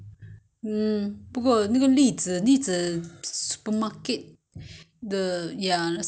mm 不过那个栗子栗子 supermarket the young sir monkey [one] normally not not so fresher 真的 market [one] is very fresh